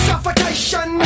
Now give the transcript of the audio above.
Suffocation